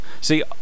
see